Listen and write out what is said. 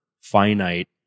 finite